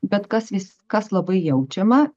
bet kas vis kas labai jaučiama